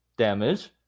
damage